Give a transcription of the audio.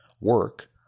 Work